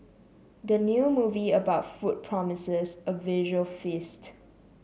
the new movie about food promises a visual feast